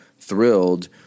thrilled